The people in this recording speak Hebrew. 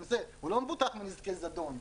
הוא לא מבוטח מנזקי זדון.